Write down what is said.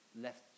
left